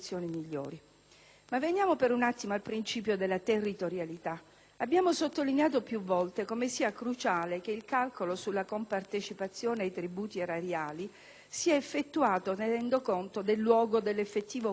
Veniamo per un attimo al principio della territorialità. Abbiamo sottolineato più volte come sia cruciale che il calcolo sulla compartecipazione ai tributi erariali sia effettuato tenendo conto del luogo dell'effettivo consumo